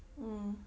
mm